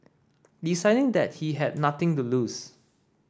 deciding that he had nothing to lose